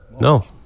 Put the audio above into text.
No